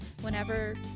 whenever